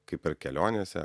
kaip ir kelionėse